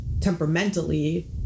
temperamentally